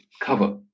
cover